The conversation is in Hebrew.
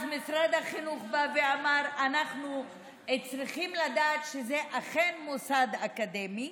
אז משרד החינוך בא ואמר: אנחנו צריכים לדעת שזה אכן מוסד אקדמי.